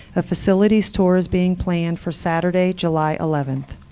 a facilities tour is being planned for saturday, july eleven.